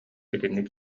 итинник